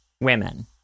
women